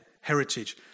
heritage